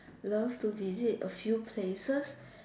love to visit a few places